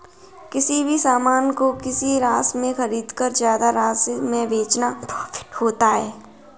किसी भी सामान को किसी राशि में खरीदकर ज्यादा राशि में बेचना प्रॉफिट होता है